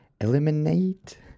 Eliminate